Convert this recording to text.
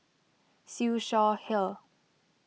Siew Shaw Her